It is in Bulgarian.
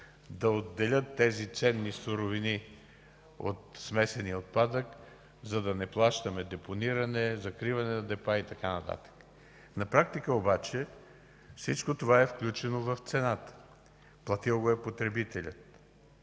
да отделят тези ценни суровини от смесения отпадък, за да не плащаме депониране, закриване на депа и така нататък. На практика обаче всичко това е включено в цената. Платил го е потребителят.